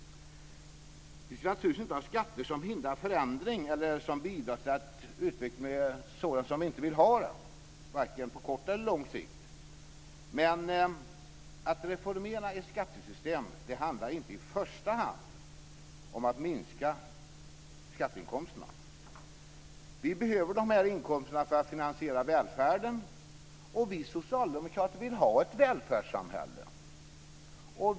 Vi ska naturligtvis inte ha skatter som hindrar förändring eller bidrar till en utveckling som vi inte vill ha varken på kort eller lång sikt. Men att reformera skattesystemet handlar inte i första hand om att minska skatteinkomsterna. Vi behöver de här inkomsterna för att finansiera välfärden. Och vi socialdemokrater vill ha ett välfärdssamhälle.